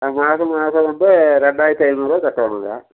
ஆ மாதம் மாதம் வந்து ரெண்டாயிரத்தி ஐந்நூறுபா கட்டணுங்க